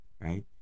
right